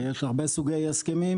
ויש הרבה סוגי הסכמים,